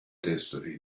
destiny